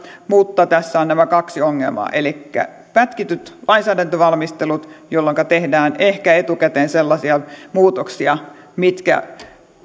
mutta tässä on nämä kaksi ongelmaa elikkä pätkityt lainsäädäntövalmistelut jolloinka tehdään ehkä etukäteen sellaisia muutoksia mitkä